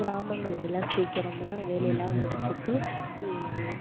கிராமங்கள்லெல்லாம் சீக்கிரமாக வேலையெல்லாம் முடிச்சிவிட்டு